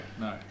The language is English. no